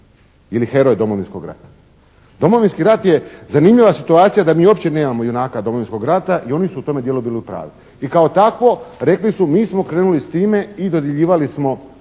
ili "HEROJ DOMOVINSKOG RATA". Domovinski rat je zanimljiva situacija da mi uopće nemamo junaka Domovinskoga rata i oni su u tome dijelu bili u pravu. I kao takvo rekli su mi smo krenuli s time i dodjeljivali smo